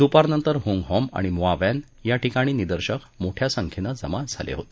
दुपारनंतर Hung Hom आणि म्वा वप्त याठिकाणी निदर्शक मोठ्या संख्येनं जमा झाले होते